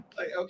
Okay